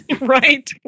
Right